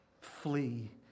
flee